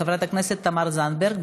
חברת הכנסת תמר זנדברג,